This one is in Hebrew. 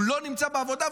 הוא לא נמצא בעבודה,